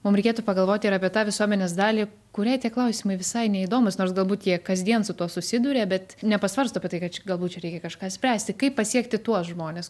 mum reikėtų pagalvot ir apie tą visuomenės dalį kuriai tie klausimai visai neįdomūs nors galbūt jie kasdien su tuo susiduria bet nepasvarsto apie tai kad galbūt čia reikia kažką spręsti kaip pasiekti tuos žmones